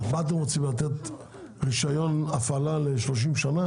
אז מה אתם רוצים, לתת רישיון הפעלה ל-30 שנה?